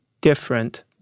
different